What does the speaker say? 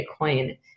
Bitcoin